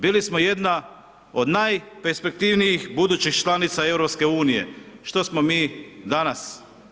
Bili smo jedna od najperspektivnijih budućih članica EU, što smo mi danas?